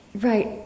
Right